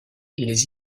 les